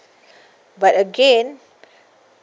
but again